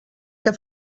que